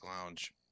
Lounge